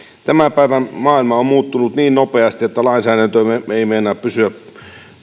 tämän päivän maailma on muuttunut niin nopeasti että lainsäädäntömme ei meinaa pysyä